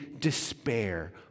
despair